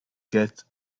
get